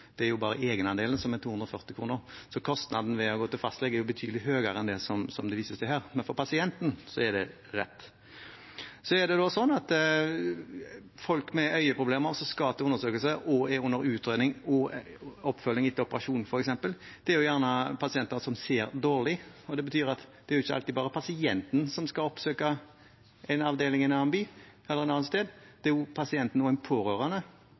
er bare egenandelen, så kostnaden ved å gå til fastlegen er betydelig høyere enn det det vises til. Men for pasienten er det rett. Folk med øyeproblemer som skal til undersøkelse og er under utredning og oppfølging etter operasjon, f.eks., er gjerne pasienter som ser dårlig. Det betyr at det er ikke alltid bare pasienten som skal oppsøke en avdeling i en annen by eller et annet sted, det er pasienten og en pårørende.